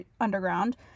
underground